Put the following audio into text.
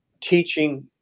teaching